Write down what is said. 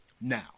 Now